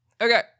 Okay